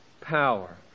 power